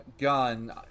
gun